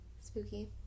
spooky